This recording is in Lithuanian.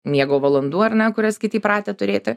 miego valandų ar ne kurias kiti įpratę turėti